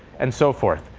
and so forth.